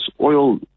oil